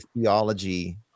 theology